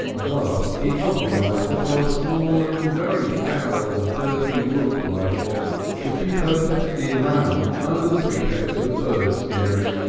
at last he compromised upon a small and very foul and dirty rook rifle which he purchased in lammam under a pretext of bird scaring,